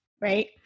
right